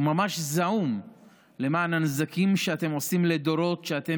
הוא ממש זעום לעומת הנזקים לדורות שאתם